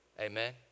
Amen